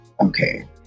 okay